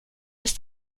ist